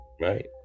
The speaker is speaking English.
Right